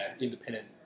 independent